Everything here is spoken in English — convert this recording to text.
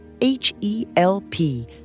H-E-L-P